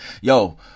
Yo